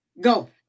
Go